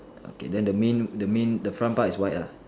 okay then the main the main the front part is white lah